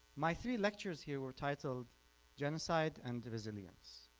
my three lectures here were titled genocide and resilience